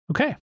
Okay